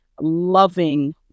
Loving